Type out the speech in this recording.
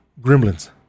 Gremlins